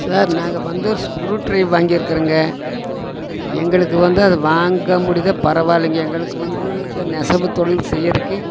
sir நாங்கள் வந்து ஒரு ஸ்குரு ட்டிரைவர் வாங்கிஇருக்குறங்க எங்களுக்கு வந்து அது வாங்கமுடியிதோ பரவா இல்லைங்க எங்களுக்கு வந்து இந்த நெசவு தொழில் செய்யறக்கு